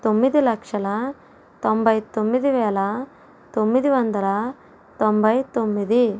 తొమ్మిది లక్షల తొంభై తొమ్మిది వేల తొమ్మిది వందల తొంభై తొమ్మిది